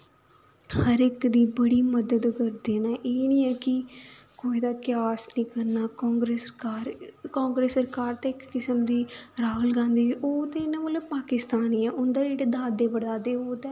हर इक दी बड़ी मदद करदे न एह् नी ऐ कि कुसै दा क्यास निं करना कांग्रेस सरकार कांग्रेस सरकार ते इक किस्म दी राहुल गांधी ओह् ते इ'यां मतलब पाकिस्तानी ऐ उंदे जेह्ड़े दादे परदादे हे ओह् ते